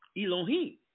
Elohim